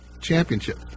championship